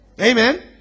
Amen